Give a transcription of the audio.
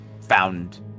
found